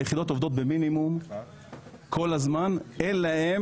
היחידות עובדות במינימום כל הזמן אלא אם